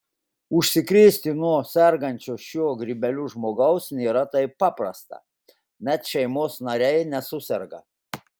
užsikrėsti nuo sergančio šiuo grybeliu žmogaus nėra taip paprasta net šeimos nariai nesuserga